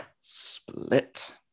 split